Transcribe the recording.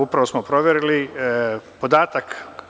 Upravo smo proverili podatak.